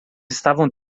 estavam